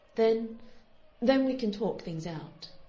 then then we can talk things out.